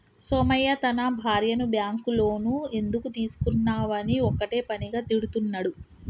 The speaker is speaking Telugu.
సోమయ్య తన భార్యను బ్యాంకు లోను ఎందుకు తీసుకున్నవని ఒక్కటే పనిగా తిడుతున్నడు